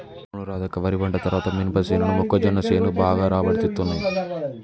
అవును రాధక్క వరి పంట తర్వాత మినపసేను మొక్కజొన్న సేను బాగా రాబడి తేత్తున్నయ్